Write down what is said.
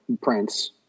Prince